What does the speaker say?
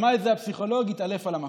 שמע את זה הפסיכולוג, התעלף על המקום.